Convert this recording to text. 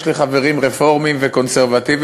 יש לי חברים רפורמים וקונסרבטיבים,